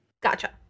Gotcha